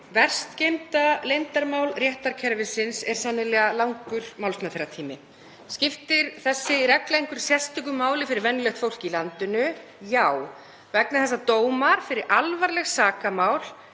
Verst geymda leyndarmál réttarkerfisins er sennilega langur málsmeðferðartími. Skiptir þessi regla einhverju sérstöku máli fyrir venjulegt fólk í landinu? Já, vegna þess að dómar fyrir alvarleg sakamál